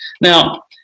Now